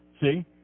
See